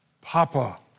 Papa